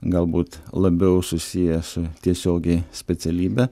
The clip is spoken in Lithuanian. galbūt labiau susiję su tiesiogiai specialybe